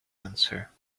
answer